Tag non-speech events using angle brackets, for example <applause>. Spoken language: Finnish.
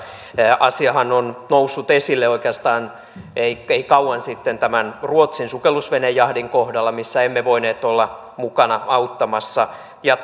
asiahan on noussut esille oikeastaan ei ei kauan sitten tämän ruotsin sukellusvenejahdin kohdalla missä emme voineet olla mukana auttamassa ja <unintelligible>